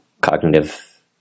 cognitive